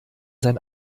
sein